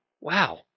Wow